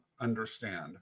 understand